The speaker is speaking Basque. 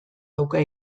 dauka